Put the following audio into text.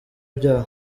byawo